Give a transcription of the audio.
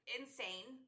insane